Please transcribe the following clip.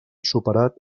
superat